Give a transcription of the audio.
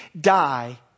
die